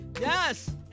Yes